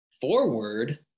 forward